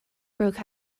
broke